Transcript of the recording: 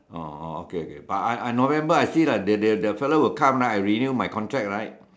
oh oh okay okay but I I November I see lah the the the fella will come right I renew my contract right